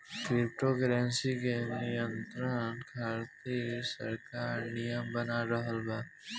crypto currency के नियंत्रण खातिर सरकार नियम बना रहल बा